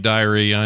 Diary